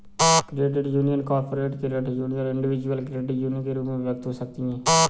credit union corporate credit union और individual credit union के रूप में विभक्त हो सकती हैं